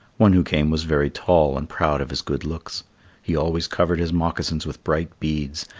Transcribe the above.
one who came was very tall and proud of his good looks he always covered his moccasins with bright beads,